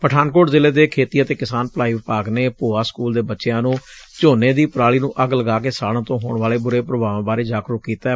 ਪਠਾਨਕੋਟ ਜ਼ਿਲੇ ਦੇ ਖੇਤੀ ਅਤੇ ਕਿਸਾਨ ਭਲਾਈ ਵਿਭਾਗ ਨੇ ਭੋਆ ਸਕੁਲ ਦੇ ਬੱਚਿਆ ਨੂੰ ਝੋਨੇ ਦੀ ਪਰਾਲੀ ਨੂੰ ਅੱਗ ਲਗਾ ਕੇ ਸਾਤਣ ਤੋਂ ਹੋਣ ਵਾਲੇ ਬੁਰੇ ਪ੍ਰਭਾਵਾਂ ਬਾਰੇ ਜਾਗਰੂਕ ਕੀਤੈ